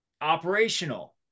operational